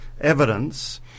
evidence